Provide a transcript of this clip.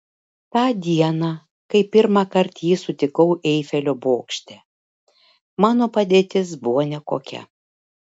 tą dieną kai pirmąkart jį sutikau eifelio bokšte mano padėtis buvo nekokia